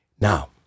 Now